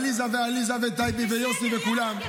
עליזה ועליזה וטייבי ויוסי וכולם.